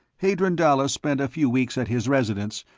hadron dalla spent a few weeks at his residence,